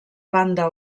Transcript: banda